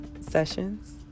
sessions